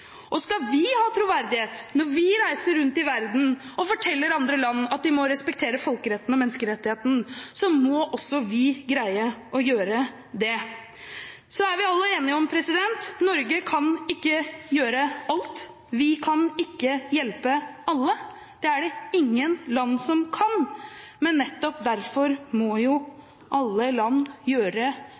Skal vi ha troverdighet når vi reiser rundt i verden og forteller andre land at de må respektere folkeretten og menneskerettighetene, må også vi greie å gjøre det. Så er vi alle enige om at Norge ikke kan gjøre alt. Vi kan ikke hjelpe alle. Det er det ingen land som kan. Men nettopp derfor må alle land gjøre